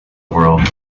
world